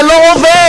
זה לא עובד.